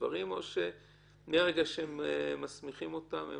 או שמרגע שמסמיכים אותם הם